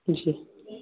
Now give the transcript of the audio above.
जी